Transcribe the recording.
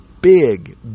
big